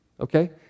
okay